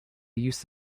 use